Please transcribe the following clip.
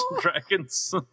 Dragons